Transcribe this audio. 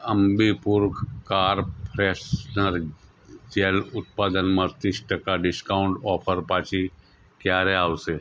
Ambi Pur car freshener gel ઉત્પાદનમાં ત્રીસ ટકા ડિસ્કાઉન્ટ ઓફર પાછી ક્યારે આવશે